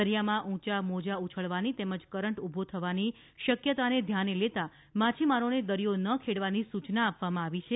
દરિયામાં ઉંચા મોજા ઉછળવાની તેમજ કરંટ ઉભો થવાની શક્યતાને ધ્યાને લેતાં માછીમારોને દરિયો ન ખેડવાની સુચના આપવામાં આવી છે